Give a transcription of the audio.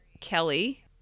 Kelly